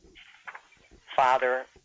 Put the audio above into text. father